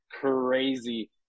crazy